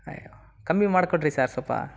ಅಯ್ಯೋ ಕಮ್ಮಿ ಮಾಡಿಕೊಡ್ರಿ ಸಾರ್ ಸೊಲ್ಪ